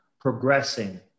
progressing